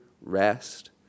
rest